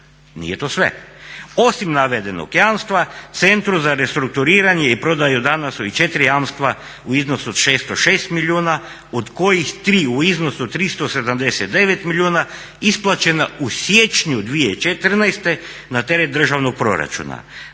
Nije to sve, osim navedenog jamstva Centru za restrukturiranje i prodaju dana su i četiri jamstva u iznosu od 606 milijuna od kojih 3 u iznosu od 379 milijuna isplaćena u siječnju 2014. na teret državnog proračuna.